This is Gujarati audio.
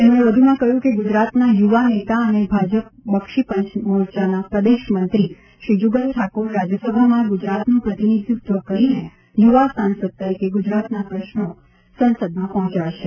તેમણે વધુમાં કહ્યું કે ગુજરાતના યુવા નેતા અને બાજપ બક્ષીપંચ મોરચાના પ્રદેશમંત્રી શ્રી જુગલ ઠાકોર રાજ્યસભામાં ગુજરાતનું પ્રતિનિધિત્વ કરીને યુવા સાંસદ તરીકે ગુજરાતના પ્રશ્નો સંસદમાં પહોંચાડશે